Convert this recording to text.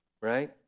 Right